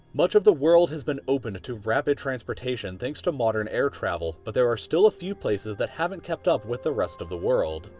much of the world has been open to rapid transportation thanks to modern air travel. but, there are still a few places that haven't kept up with the rest of the world.